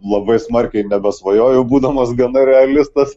labai smarkiai nebesvajoju būdamas gana realistas